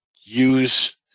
use